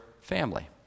family